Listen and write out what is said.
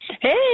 Hey